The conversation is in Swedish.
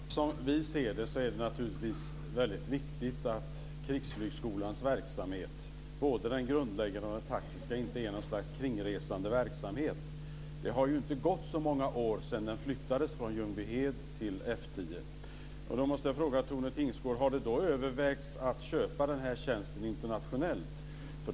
Fru talman! Som vi ser det är det naturligtvis viktigt att Krigsflygskolans verksamhet - både den grundläggande och den taktiska - inte är något slags kringresande verksamhet. Det har inte gått så många år sedan den flyttades från Ljungbyhed till F 10. Har det då övervägts att köpa tjänsten internationellt, Tone Tingsgård?